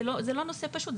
זה לא נושא פשוט,